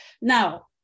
Now